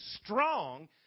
strong